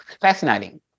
Fascinating